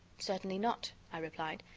certainly not, i replied,